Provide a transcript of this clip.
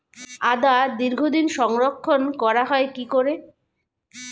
আদা দীর্ঘদিন সংরক্ষণ করা হয় কি করে?